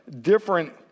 different